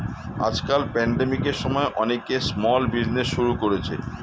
আজকাল প্যান্ডেমিকের সময়ে অনেকে স্মল বিজনেজ শুরু করেছে